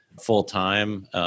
full-time